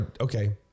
okay